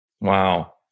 Wow